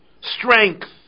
strength